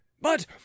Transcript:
But